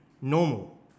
normal